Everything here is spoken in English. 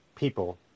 people